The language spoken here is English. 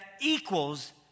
equals